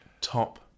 top